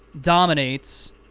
dominates